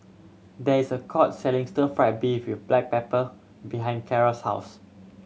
there is a court selling stir fried beef with black pepper behind Keara's house